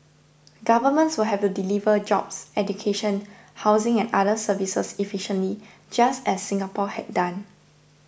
governments would have to deliver jobs education housing and other services efficiently just as Singapore had done